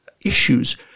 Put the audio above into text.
issues